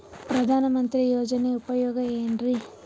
ಪ್ರಧಾನಮಂತ್ರಿ ಯೋಜನೆ ಉಪಯೋಗ ಏನ್ರೀ?